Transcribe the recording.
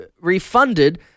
refunded